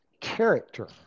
character